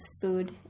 food